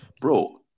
bro